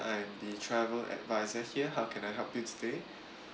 I'm the travel advisor here how can I help you today